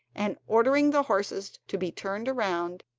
and ordering the horses to be turned round,